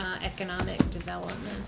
e economic development